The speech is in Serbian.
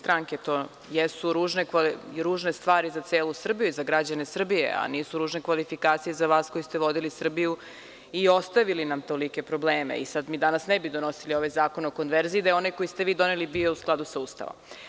To jesu ružne stvari za celu Srbiju i za građane Srbije, a nisu ružne kvalifikacije za vas koji ste vodili Srbiju i ostavili nam tolike probleme i danas ne bi donosili Zakon o konverziji da je onaj koji ste vi doneli bio u skladu sa Ustavom.